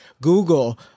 Google